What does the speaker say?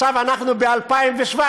ועכשיו אנחנו ב-2017.